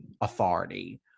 authority